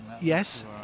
Yes